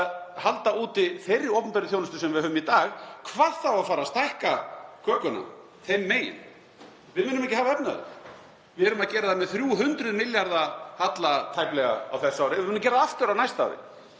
að halda úti þeirri opinberu þjónustu sem við höfum í dag, hvað þá að fara að stækka kökuna þeim megin. Við munum ekki hafa efni á því. Við erum að gera það með tæplega 300 milljarða halla á þessu ári og munum gera það aftur á næsta ári.